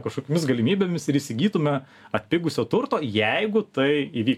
kažkokiomis galimybėmis ir įsigytume atpigusio turto jeigu tai įvyktų jeigu jisai atpigtų